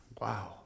Wow